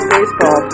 Baseball